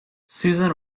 susan